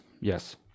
yes